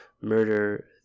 murder